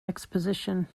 exposition